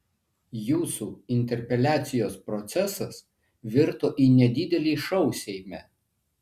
jūsų interpeliacijos procesas virto į nedidelį šou seime